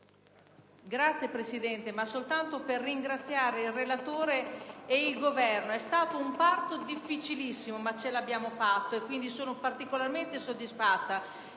Signor Presidente, desidero ringraziare il relatore e il Governo: è stato un parto difficilissimo, ma ce l'abbiamo fatta e quindi sono particolarmente soddisfatta.